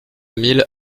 mille